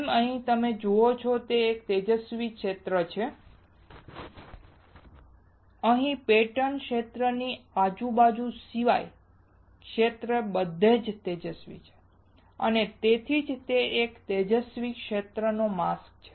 જેમ તમે અહીં જુઓ છો તે ક્ષેત્ર તેજસ્વી છે અહીં પેટર્ન ક્ષેત્રની આજુબાજુ સિવાય ક્ષેત્ર બધે જ તેજસ્વી છે અને તેથી જ તે એક તેજસ્વી ક્ષેત્રનો માસ્ક છે